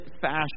fashion